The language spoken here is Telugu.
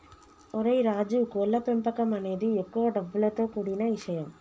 ఓరై రాజు కోళ్ల పెంపకం అనేది ఎక్కువ డబ్బులతో కూడిన ఇషయం